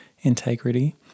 integrity